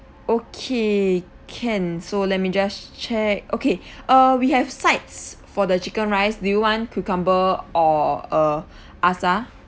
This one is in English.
okay can so let me just check okay err we have sides for the chicken rice do you want cucumber or uh acar